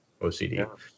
OCD